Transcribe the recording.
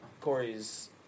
Corey's